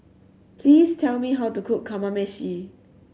please tell me how to cook Kamameshi